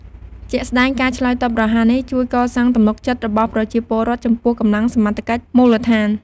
ជាក់ស្តែង ការឆ្លើយតបរហ័សនេះជួយកសាងទំនុកចិត្តរបស់ប្រជាពលរដ្ឋចំពោះកម្លាំងសមត្ថកិច្ចមូលដ្ឋាន។